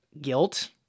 guilt